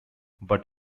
but